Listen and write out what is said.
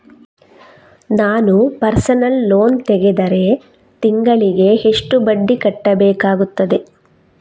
ನಾನು personal loan ತೆಗೆದರೆ ತಿಂಗಳಿಗೆ ಎಷ್ಟು ಬಡ್ಡಿ ಕಟ್ಟಬೇಕಾಗುತ್ತದೆ?